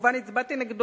שכמובן הצבעתי נגדו,